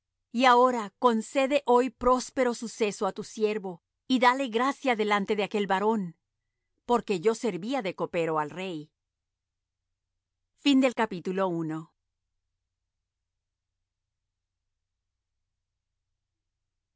y ahora concede hoy próspero suceso á tu siervo y dale gracia delante de aquel varón porque yo servía de copero al rey y